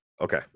Okay